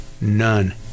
none